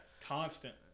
Constant